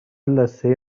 لثه